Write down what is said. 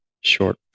short